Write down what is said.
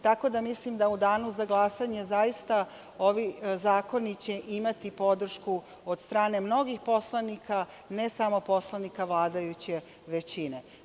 Tako da, mislim da u danu za glasanje zaista ovi zakoni će imati podršku od strane mnogih poslanika, ne samo poslanika vladajuće većine.